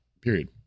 period